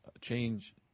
change